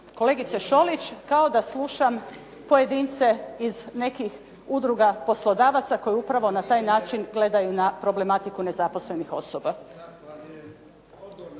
Kolegice Šolić kao da slušam pojedince iz nekih udruga poslodavaca, koji upravo na taj način gledaju na problematiku nezaposlenih osoba.